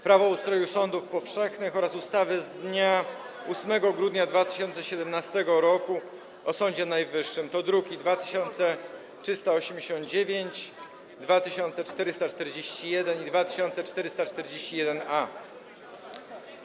Prawo o ustroju sądów powszechnych oraz ustawy z dnia 8 grudnia 2017 roku o Sądzie Najwyższym, druki nr 2389, 2441 i 2441-A.